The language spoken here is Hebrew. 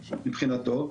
מבחינתו.